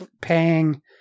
paying